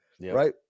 right